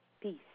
Peace